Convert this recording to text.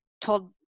told